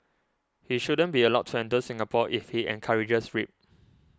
he shouldn't be allowed to enter Singapore if he encourages rape